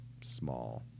small